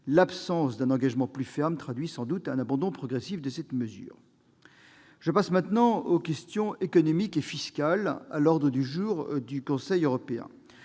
l'absence d'un engagement plus ferme traduit sans doute un abandon progressif de cette mesure. En ce qui concerne les questions économiques et fiscales à l'ordre du jour du Conseil européen,